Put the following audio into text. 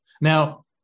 Now